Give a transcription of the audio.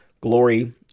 Glory